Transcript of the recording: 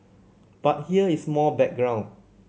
but here is more background